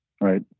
right